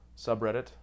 subreddit